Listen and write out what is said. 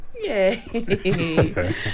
Yay